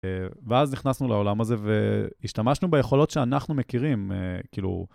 ואז נכנסנו לעולם הזה והשתמשנו ביכולות שאנחנו מכירים, כאילו...